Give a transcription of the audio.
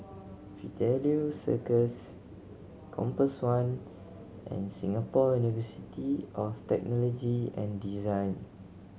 Fidelio Circus Compass One and Singapore University of Technology and Design